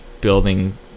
building